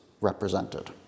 represented